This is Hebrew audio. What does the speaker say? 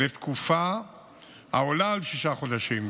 לתקופה העולה על שישה חודשים,